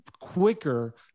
quicker